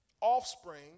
offspring